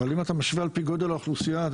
אבל אם אתה משווה על פי גודל האוכלוסייה אתה